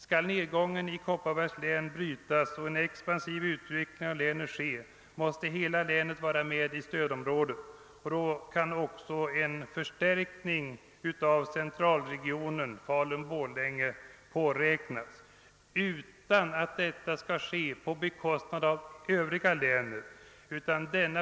Skall nedgångstrenden i Kopparbergs län brytas och en expansiv utveckling av länet ske måste hela länet vara med i stödområdet, och då kan även en förstärkning av centralregionen Falun Borlänge påräknas utan att detta sker på bekostnad av övriga län.